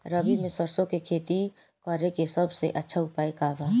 रबी में सरसो के खेती करे के सबसे अच्छा उपाय का बा?